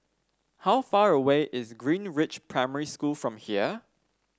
how far away is Greenridge Primary School from here